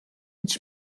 iets